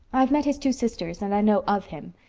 i've met his two sisters, and i know of him.